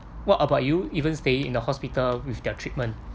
what about you even staying in the hospital with their treatment